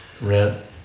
rent